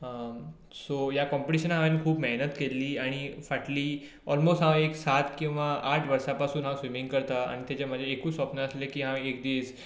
so ह्या कोंपिटिशनाक हांवें खूब मेहनत केल्ली आनी फाटलीं ऑलमोस्ट हांव एक सात किंवा आट वर्सां पसून हांव स्विंमींग करतां आनी ताजें माजें एकूच स्वप्न आसलें की हांव एक दीस